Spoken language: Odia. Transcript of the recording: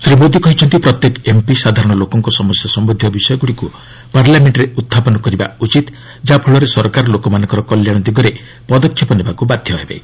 ଶ୍ରୀ ମୋଦି କହିଛନ୍ତି ପ୍ରତ୍ୟେକ ଏମ୍ପି ସାଧାରଣ ଲୋକଙ୍କ ସମସ୍ୟା ସମ୍ବନ୍ଧୀୟ ବିଷୟଗୁଡ଼ିକୁ ପାର୍ଲାମେଷ୍ଟରେ ଉତ୍ଥାପନ କରିବା ଉଚିତ ଯାହାଫଳରେ ସରକାର ଲୋକମାନଙ୍କର କଲ୍ୟାଣ ଦିଗରେ ପଦକ୍ଷେପ ନେବାକୁ ବାଧ୍ୟ ହେବେ